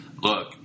Look